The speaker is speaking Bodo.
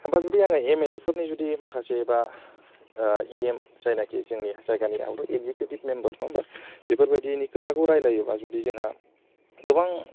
होनबा जुदि आङो एम एल एफोरनि जुदि माखासे एबा इ एम जायनाकि जोंनि जायगानिआवबो एक्जिकिउटिभ मेम्बार नङा होम्बा बेफोरबायदिनि खोथाखौ रायज्लायोबा जुदि जोंहा गोबां